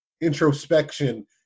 introspection